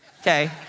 okay